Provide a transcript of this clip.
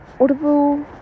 audible